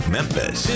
Memphis